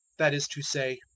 that is to say,